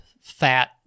fat